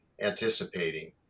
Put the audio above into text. anticipating